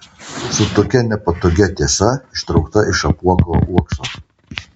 su tokia nepatogia tiesa ištraukta iš apuoko uokso